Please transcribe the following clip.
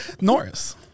Norris